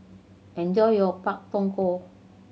enjoy your Pak Thong Ko